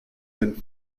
than